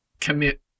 commit